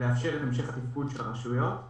לאפשר את המשך התפקוד של הרשויות.